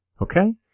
Okay